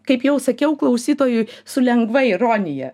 kaip jau sakiau klausytojui su lengva ironija